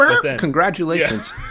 congratulations